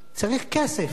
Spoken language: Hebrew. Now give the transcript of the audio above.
צריך כסף.